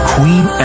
Queen